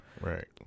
Right